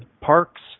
parks